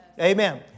amen